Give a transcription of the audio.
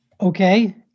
Okay